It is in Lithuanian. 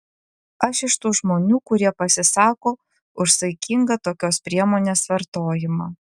aš iš tų žmonių kurie pasisako už saikingą tokios priemonės vartojimą